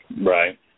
Right